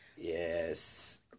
Yes